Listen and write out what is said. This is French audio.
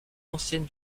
ancienne